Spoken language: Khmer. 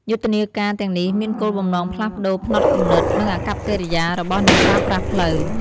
យុទ្ធនាការទាំងនេះមានគោលបំណងផ្លាស់ប្តូរផ្នត់គំនិត និងអាកប្បកិរិយារបស់អ្នកប្រើប្រាស់ផ្លូវ។